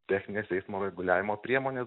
technines eismo reguliavimo priemones